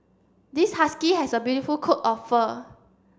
this husky has a beautiful coat of fur